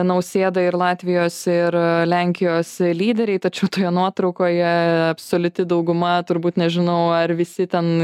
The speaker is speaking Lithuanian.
nausėda ir latvijos ir lenkijos lyderiai tačiau toje nuotraukoje absoliuti dauguma turbūt nežinau ar visi ten